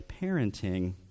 parenting